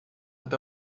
até